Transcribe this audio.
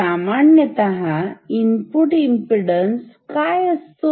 सामान्यतः input impedance काय असतो